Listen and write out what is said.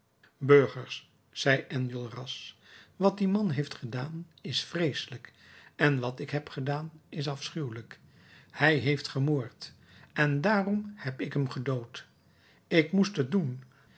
burgers zei enjolras wat die man heeft gedaan is vreeselijk en wat ik heb gedaan is afschuwelijk hij heeft gemoord en daarom heb ik hem gedood ik moest het doen